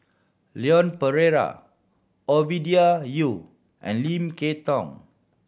Leon Perera Ovidia Yu and Lim Kay Tong